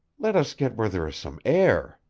let us get where there is some air,